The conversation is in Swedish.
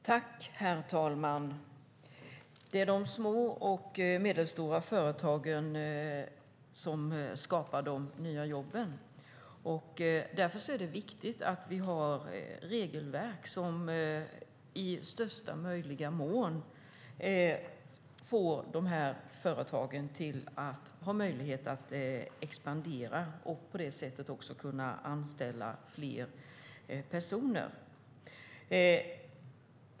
Herr talman! Det är de små och medelstora företagen som skapar de nya jobben. Därför är det viktigt att vi har regelverk som i största möjliga mån ger dessa företag möjlighet att expandera och därmed anställa fler personer.